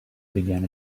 began